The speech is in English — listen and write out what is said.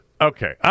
Okay